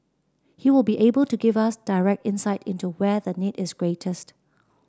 he will be able to give us direct insight into where the need is greatest